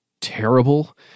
terrible